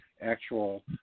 actual